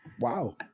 wow